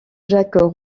jacques